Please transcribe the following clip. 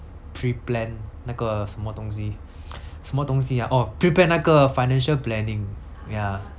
pre-plan 那个什么东西什么东西 ah oh pre-plan 那个 financial planning ya